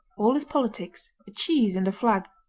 all is politics, a cheese and a flag.